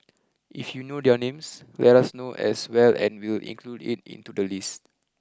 if you know their names let us know as well and we'll include it into the list